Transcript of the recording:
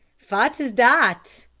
fat is dat?